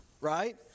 right